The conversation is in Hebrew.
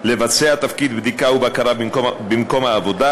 לבצע תפקיד בדיקה ובקרה במקום העבודה,